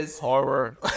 Horror